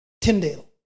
Tyndale